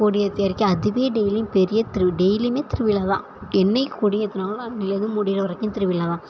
கொடி ஏற்றி இறக்கி அதுவே டெய்லியும் பெரிய திருவிழா டெய்லியுமே திருவிழா தான் என்றைக்கு கொடி ஏற்றினாங்களோ அன்னைலேருந்து முடிகிற வரைக்கும் திருவிழா தான்